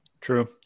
True